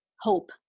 Hope